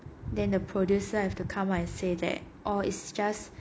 than the producer have to come out and say that or is just